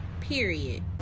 Period